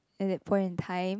at that point in time